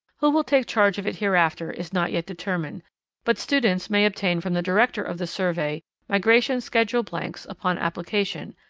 who will take charge of it hereafter is not yet determined but students may obtain from the director of the survey migration schedule blanks upon application,